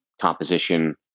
composition